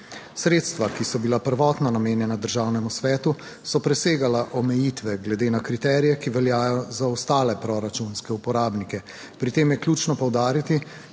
Sredstva, ki so bila prvotno namenjena Državnemu svetu, so presegala omejitve glede na kriterije, ki veljajo za ostale proračunske uporabnike. Pri tem je ključno poudariti,